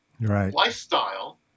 lifestyle